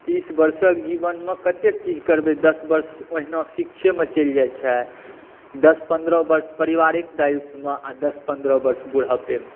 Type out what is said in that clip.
तीस वर्षक जीवनमे कतेक चीज़ करबै दश वर्ष ओहिना शिक्षेमे चलि जाइ छै दश पंद्रह वर्ष पारिवारिक दायित्वमे आओर दश पंद्रह वर्ष बुढ़ापेमे